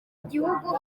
gihugu